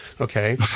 okay